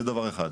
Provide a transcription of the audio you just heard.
זה דבר אחד.